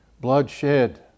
Bloodshed